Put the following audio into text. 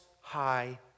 High